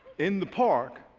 in the park,